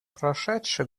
прошедший